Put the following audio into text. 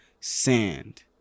sand